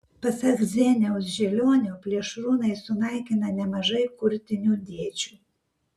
pasak zeniaus želionio plėšrūnai sunaikina nemažai kurtinių dėčių